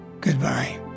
Goodbye